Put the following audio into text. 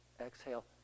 Exhale